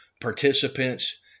participants